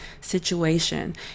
situation